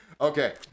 Okay